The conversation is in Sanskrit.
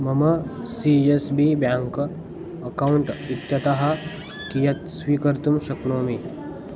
मम C S B bank account इत्यतः कियत् स्वीकर्तुं शक्नोमि